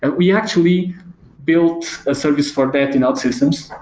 and we actually built a service for that in outsystems,